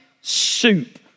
soup